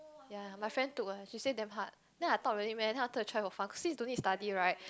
ya my friend took eh she said damn hard then I thought really meh then I wanted to try for fun cause this don't need study right